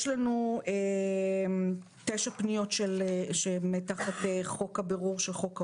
יש לנו תשע פניות שהן תחת הבירור של חוק העונשין.